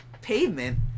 pavement